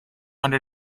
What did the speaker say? under